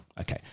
Okay